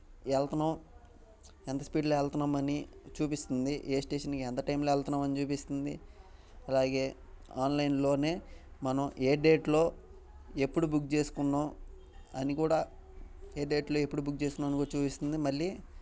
వెళ్తున్నాము ఎంత స్పీడ్లో వెళ్తున్నామని చూపిస్తుంది ఏ స్టేషన్కి ఎంత టైంలో వెళ్తున్నాము అని చూపిస్తుంది అలాగే ఆన్లైన్లోనే మనం ఏ డేట్లో ఎప్పుడు బుక్ చేసుకున్నాము అని కూడా ఏ డేట్లో ఎప్పుడు బుక్ చేసుకున్నాము అని చూపిస్తుంది మళ్ళీ